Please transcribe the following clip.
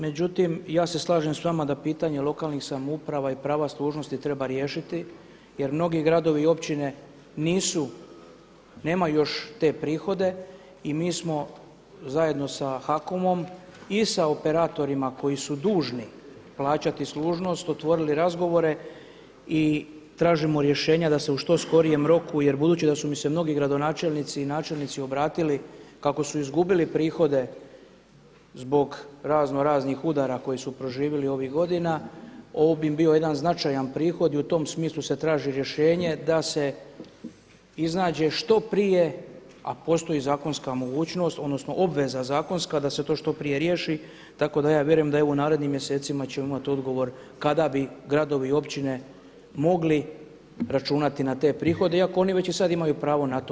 Međutim ja se slažem s vama da pitanje lokalnih samouprava i prava služnosti treba riješiti jer mnogi gradovi i općine nemaju još te prihode i mi smo zajedno sa HAKOM-om i sa operatorima koji su dužni plaćati služnost otvorili razgovore i tražimo rješenja da se u što skorijem roku jer budući da su mi se mnogi gradonačelnici i načelnici obratili kako su izgubili prihode zbog raznoraznih udara koje su proživjeli ovih godina, ovo bi im bio jedan značajan prihod i u tom smislu se traži rješenje da se iznađe što prije, a postoji zakonska mogućnost odnosno obveza zakonska da se to što prije riješi, tako da ja vjerujem da u narednim mjesecima ćemo imati odgovor kada bi gardovi i općine mogli računati na te prihode, iako oni već i sada imaju pravo na to.